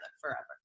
forever